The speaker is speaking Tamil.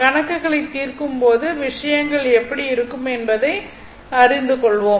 கணக்குகளை தீர்க்கும் போது விஷயங்கள் எப்படி இருக்கும் என்பதை அறிந்து கொள்வோம்